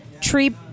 Tree